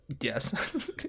yes